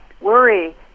worry